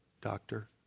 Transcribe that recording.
doctor